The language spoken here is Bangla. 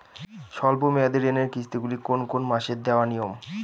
স্বল্প মেয়াদি ঋণের কিস্তি গুলি কোন কোন মাসে দেওয়া নিয়ম?